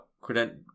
credential